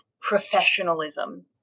professionalism